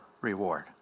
reward